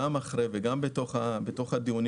גם אחרי וגם במהלך הדיונים,